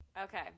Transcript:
Okay